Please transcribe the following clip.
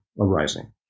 arising